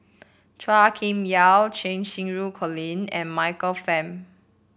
Chua Kim Yeow Cheng Xinru Colin and Michael Fam